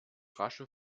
rasche